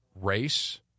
race